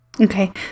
Okay